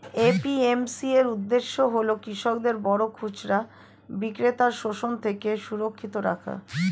APMC এর উদ্দেশ্য হল কৃষকদের বড় খুচরা বিক্রেতার শোষণ থেকে সুরক্ষিত রাখা